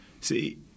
See